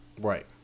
Right